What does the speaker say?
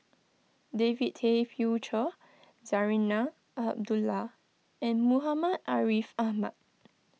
David Tay Poey Cher Zarinah Abdullah and Muhammad Ariff Ahmad